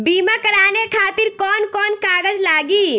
बीमा कराने खातिर कौन कौन कागज लागी?